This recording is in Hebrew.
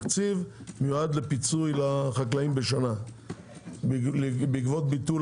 מיועד לפיצוי לחקלאים בשנה בעקבות ביטול